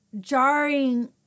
jarring